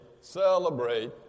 Celebrate